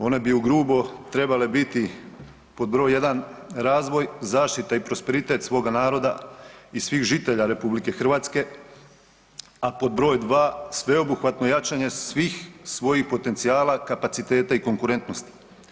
One bi u grubo trebale biti pod broj jedan razvoj, zaštita i prosperitet svoga naroda i svih žitelja RH a pod broj dva sveobuhvatno jačanje svih svojih potencijala, kapaciteta i konkurentnosti.